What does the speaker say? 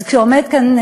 אז כשעומד כאן,